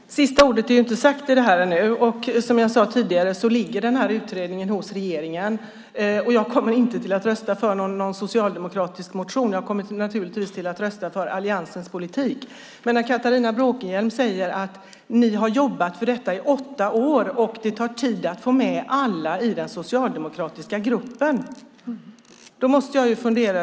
Herr talman! Sista ordet är inte sagt här ännu. Som jag sade tidigare ligger utredningen hos regeringen. Och jag kommer inte att rösta för någon socialdemokratisk motion. Jag kommer naturligtvis att rösta för Alliansens politik. När du, Catharina Bråkenhielm, säger att ni har jobbat för detta i åtta år och att det tar tid att få med er alla i den socialdemokratiska gruppen, då måste jag fundera.